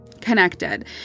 connected